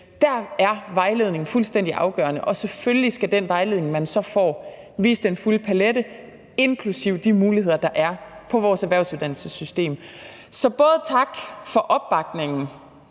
der er vejledningen fuldstændig afgørende, og selvfølgelig skal den vejledning, man så får, også vise den fulde palet, inklusive de muligheder, der er i vores erhvervsuddannelsessystem. Så både tak for opbakningen